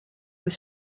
was